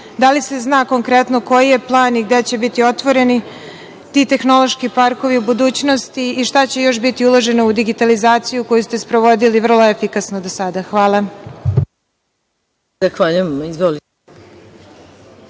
Da li se zna konkretno koji je plan i gde će biti otvoreni ti tehnološki parkovi u budućnosti i šta će još biti uloženo u digitalizaciju koju ste sprovodili vrlo efikasno do sada? Hvala.